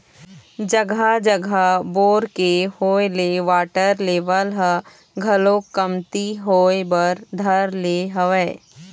जघा जघा बोर के होय ले वाटर लेवल ह घलोक कमती होय बर धर ले हवय